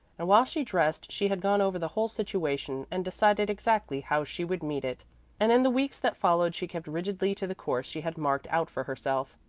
and while she dressed she had gone over the whole situation and decided exactly how she would meet it and in the weeks that followed she kept rigidly to the course she had marked out for herself,